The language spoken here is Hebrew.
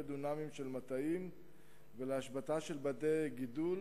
דונמים של מטעים ועל השבתה של בתי-גידול.